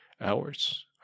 hours